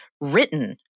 written